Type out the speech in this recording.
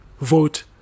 vote